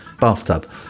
bathtub